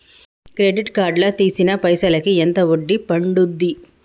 Credit card లా తీసిన పైసల్ కి ఎంత వడ్డీ పండుద్ధి?